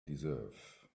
deserve